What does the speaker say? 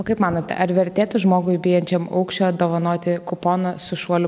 o kaip manote ar vertėtų žmogui bijančiam aukščio dovanoti kuponą su šuoliu